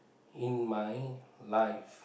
in my life